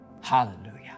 Hallelujah